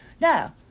No